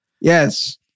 Yes